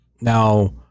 Now